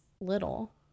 little